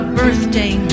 birthday